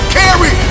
carry